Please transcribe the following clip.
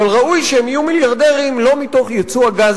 אבל ראוי שהם יהיו מיליארדרים לא מתוך ייצוא הגז